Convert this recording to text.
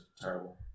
terrible